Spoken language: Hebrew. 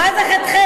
מה זה ח"ח?